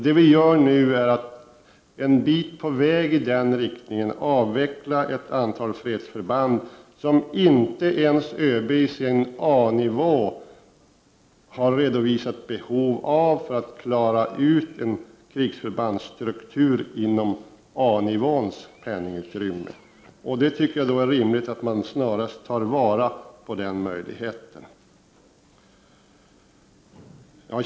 Det vi gör nu är att som en bit på väg i den riktningen avveckla ett antal fredsförband som inte ens ÖB i sin A-nivå har redovisat behov av för att klara ut en krigsförbandsstruktur inom A-nivåns penningutrymme. Jag tycker att det är rimligt att man snarast tar vara på den möjligheten.